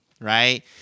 right